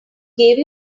gave